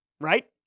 right